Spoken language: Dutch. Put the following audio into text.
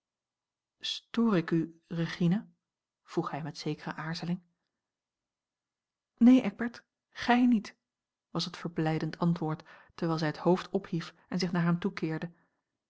stoor ik u regina vroeg hij met zekere aarzeling neen eckbert gij niet was het verblijdend antwoord terwijl zij het hoofd ophief en zich naar hem toekeerde